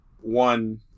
One